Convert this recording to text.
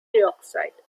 dioxide